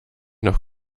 noch